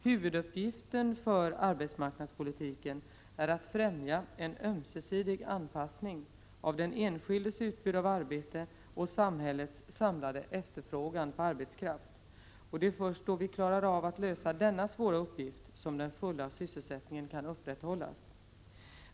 Huvuduppgiften för arbetsmarknadspolitiken är att främja en ömsesidig anpassning av den enskildes utbud av arbete och samhällets samlade efterfrågan på arbetskraft, och det är först då vi klarar av att lösa denna svåra uppgift som den fulla sysselsättningen kan upprätthållas.